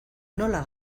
nola